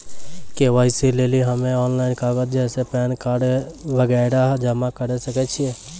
KYC लेली हम्मय online कागज जैसे पैन कार्ड वगैरह जमा करें सके छियै?